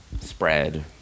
spread